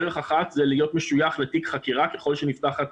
דרך אחת זה להיות משויך לתיק חקירה ככל שנפתחת